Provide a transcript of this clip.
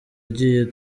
agiye